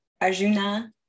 arjuna